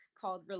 called